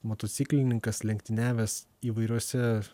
motociklininkas lenktyniavęs įvairiuose